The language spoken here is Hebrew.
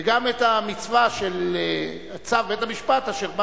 וגם את המצווה של צו בית-המשפט, שקבע